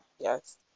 Yes